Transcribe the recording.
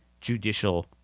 judicial